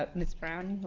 ah ms. brown,